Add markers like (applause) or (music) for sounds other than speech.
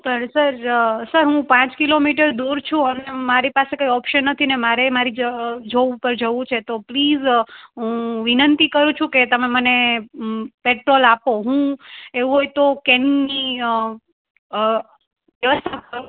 પણ sir sir હું પાંચ કિલોમીટર દૂર છું હવે મારી પાસે કંઈ ઓપ્શન નથી ને મારે મારી જોબ ઉપર જવું છે તો પ્લીઝ હું વિનંતિ કરું છું કે તમે મને પેટ્રોલ આપો હું એવું હોય તો કેમની એવા (unintelligible)